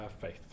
faith